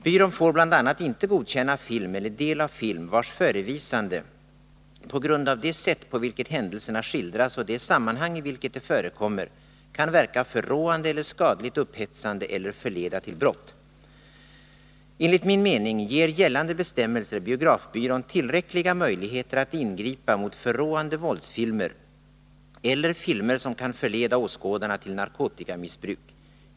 Byrån får bl.a. inte godkänna film eller del av film vars förevisande på grund av det sätt på vilket händelserna skildras och det sammanhang i vilket de förekommer kan verka förråande eller skadligt upphetsande eller förleda till brott. Enligt min mening ger gällande bestämmelser biografbyrån tillräckliga möjligheter att ingripa mot förråande våldsfilmer eller filmer som kan förleda åskådarna till narkotikamissbruk.